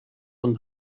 und